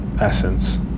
essence